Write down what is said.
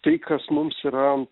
tai kas mums yra